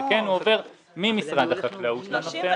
כן הוא עובר ממשרד החקלאות לנושא הזה.